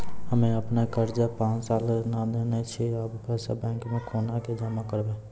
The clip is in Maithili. हम्मे आपन कर्जा पांच साल से न देने छी अब पैसा बैंक मे कोना के जमा करबै?